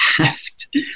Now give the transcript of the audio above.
asked